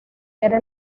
era